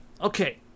Okay